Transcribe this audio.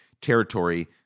territory